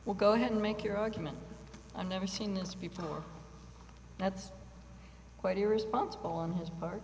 will go ahead and make your argument i've never seen this before that's quite irresponsible on his part